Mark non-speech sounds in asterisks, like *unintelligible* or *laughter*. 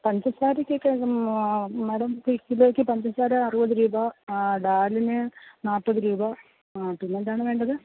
പഞ്ചസാരയ്ക്ക് ഒക്കെ മാഡം *unintelligible* പഞ്ചസാര അറുപത് രൂപ ഡാലിന് നാൽപ്പത് രൂപ ആ പിന്നെ എന്താണ് വേണ്ടത്